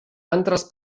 antras